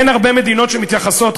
אין הרבה מדינות שמתייחסות,